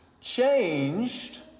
changed